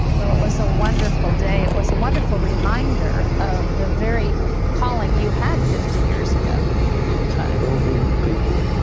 well, it was a wonderful day. it was a wonderful reminder of the very calling you had fifty years ago. there was a tiny little group of people,